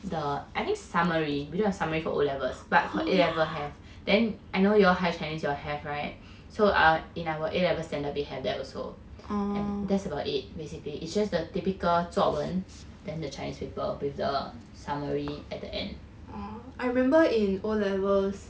I think the summary we don't have summary for O levels but for A level have then I know you all higher chinese you all have right so err in our A level standard we have that also that's about it basically it's just the typical 作文 then the chinese people with the summary at the end